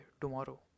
tomorrow